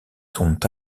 sont